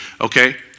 Okay